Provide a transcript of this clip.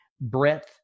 breadth